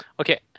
Okay